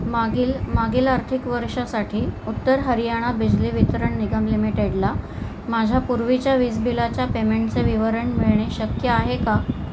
मागील मागील आर्थिक वर्षासाठी उत्तर हरियाणा बिजली वितरण निगम लिमिटेडला माझ्या पूर्वीच्या वीज बिलाच्या पेमेंटचे विवरण मिळणे शक्य आहे का